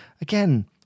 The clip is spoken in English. Again